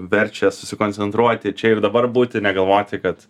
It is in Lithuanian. verčia susikoncentruoti čia ir dabar būti negalvoti kad